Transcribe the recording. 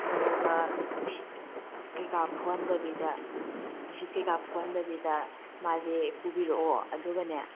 ꯑꯗꯨꯒ ꯅꯨꯡꯁꯤꯠ ꯀꯩꯀꯥ ꯐꯨꯍꯟꯗꯕꯤꯗ ꯅꯨꯡꯁꯤꯠ ꯀꯩꯀꯥ ꯐꯨꯍꯟꯗꯕꯤꯗ ꯃꯥꯁꯦ ꯄꯨꯕꯤꯔꯛꯑꯣ ꯑꯗꯨꯒꯅꯦ